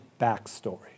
backstory